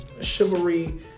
chivalry